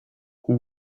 who